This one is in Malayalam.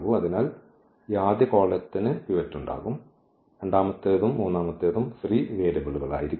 അതിനാൽ ഈ ആദ്യ കോളത്തിന് പിവറ്റ് ഉണ്ടാകും രണ്ടാമത്തേതും മൂന്നാമത്തേതും ഫ്രീ വേരിയബിളുകളായിരിക്കും